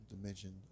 dimension